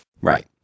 Right